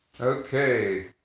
Okay